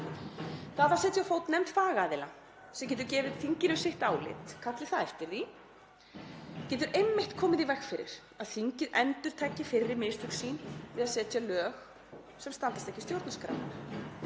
Það á að setja á fót nefnd fagaðila sem getur gefið þinginu sitt álit, kalli það eftir því, getur einmitt komið í veg fyrir að þingið endurtaki fyrri mistök sín við að setja lög sem standast ekki stjórnarskrá.